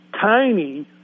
Tiny